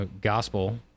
gospel